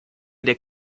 der